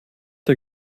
der